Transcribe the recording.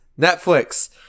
Netflix